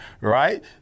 right